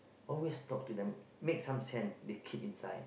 always talk to them make some sense they keep inside